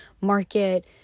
market